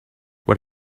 what